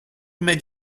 made